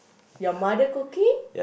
your mother cooking